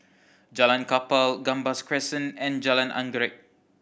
Jalan Kapal Gambas Crescent and Jalan Anggerek